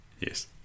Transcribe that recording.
Yes